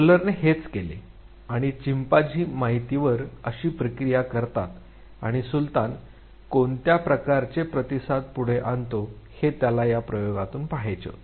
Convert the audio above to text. कोहलरने हेच केले आणि चिंपांझी माहितीवर कशी प्रक्रिया करतात आणि सुलतान कोणत्या प्रकारचे प्रतिसाद पुढे आणतो हे त्याला या प्रयोगातुन पहायचे होते